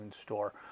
store